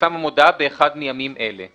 תפורסם המודעה באחד מימים אלה,